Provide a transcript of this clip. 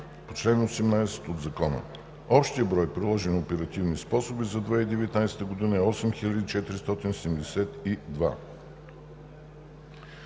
по чл. 18 от Закона. Общият брой приложени оперативни способи за 2019 г. е 8472.